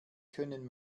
können